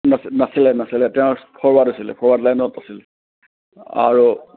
না নাছিলে নাছিলে তেওঁ ফৰৱাৰ্ড আছিলে ফৰৱাৰ্ড লাইনত আছিল আৰু